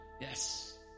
Yes